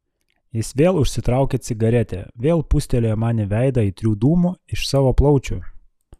jis vėl užsitraukė cigaretę vėl pūstelėjo man į veidą aitrių dūmų iš savo plaučių